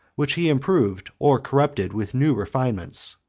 which he improved or corrupted with new refinements.